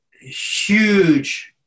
huge